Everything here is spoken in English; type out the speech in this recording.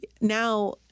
now